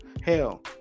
hell